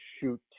shoot